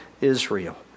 Israel